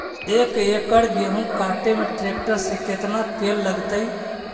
एक एकड़ गेहूं काटे में टरेकटर से केतना तेल लगतइ?